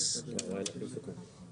עם אותם מגדלים ויגיעו למשהו שיש בו היגיון,